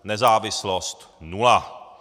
Nezávislost nula.